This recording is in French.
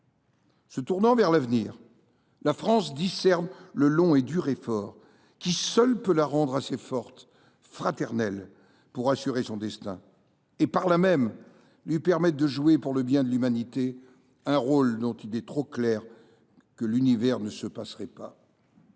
Se tournant vers l’avenir, [la France] discerne le long et dur effort qui seul peut la rendre assez forte, fraternelle et nombreuse pour assurer son destin et, par là même, lui permettre de jouer pour le bien de l’Humanité un rôle dont il est trop clair que l’Univers ne se passerait pas.